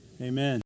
Amen